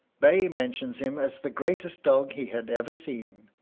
bay mentions him as the greatest dog he had ever seen.